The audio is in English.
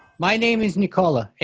my name is nikola, a